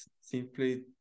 simply